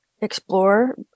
explore